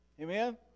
Amen